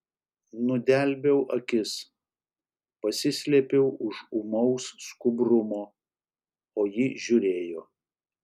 nudelbiau akis pasislėpiau už ūmaus skubrumo o ji žiūrėjo